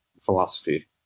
philosophy